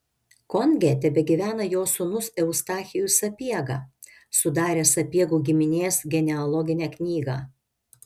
konge tebegyvena jo sūnus eustachijus sapiega sudaręs sapiegų giminės genealoginę knygą